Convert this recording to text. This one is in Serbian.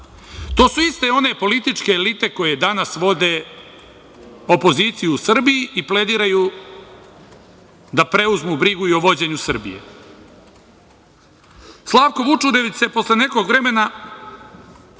To su iste one političke elite koje danas vode opoziciju u Srbiji i plediraju da preuzmu brigu i o vođenju Srbije. Slavko Vučurević se posle nekog vremena,